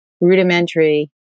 rudimentary